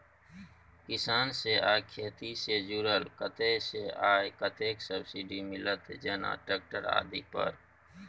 किसान से आ खेती से जुरल कतय से आ कतेक सबसिडी मिलत, जेना ट्रैक्टर आदि पर?